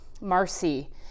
Marcy